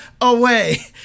away